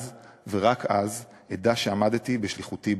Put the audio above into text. אז ורק אז אדע שעמדתי בשליחותי בהצלחה.